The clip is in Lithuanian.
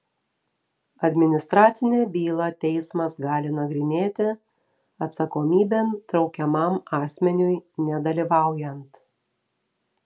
administracinę bylą teismas gali nagrinėti atsakomybėn traukiamam asmeniui nedalyvaujant